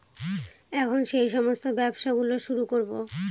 এখন সেই সমস্ত ব্যবসা গুলো শুরু করবো